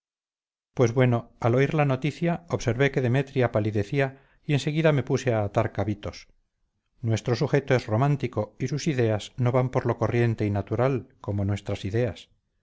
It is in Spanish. pues bueno al oír la noticia observé que demetria palidecía y en seguida me puse a atar cabitos nuestro sujeto es romántico y sus ideas no van por lo corriente y natural como nuestras ideas